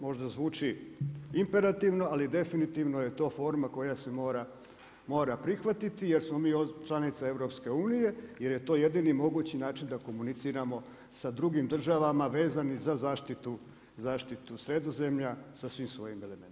Možda zvuči imperativno ali definitivno je to forma koja se mora prihvatiti jer smo mi članica EU-a, jer je to jedini mogući način da komuniciramo sa drugim državama vezanih za zaštitu Sredozemlja sa svim svojim elementima.